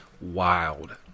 Wild